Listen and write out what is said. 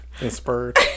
Inspired